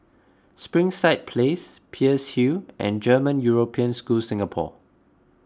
Springside Place Peirce Hill and German European School Singapore